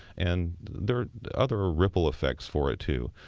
and there are other ah ripple effects for it, too.